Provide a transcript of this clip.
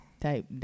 type